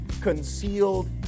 concealed